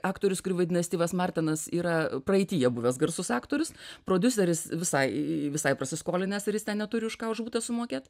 aktorius kurį vaidina styvas martinas yra praeityje buvęs garsus aktorius prodiuseris visai visai prasiskolinęs ir jis ten neturi už ką už butą sumokėt